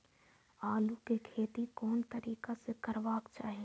आलु के खेती कोन तरीका से करबाक चाही?